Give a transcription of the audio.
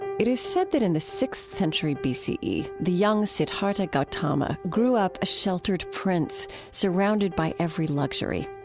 it is said that in the sixth century b c e, the young siddhartha gautama grew up a sheltered prince surrounded by every luxury.